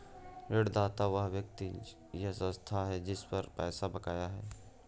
ऋणदाता वह व्यक्ति या संस्था है जिस पर पैसा बकाया है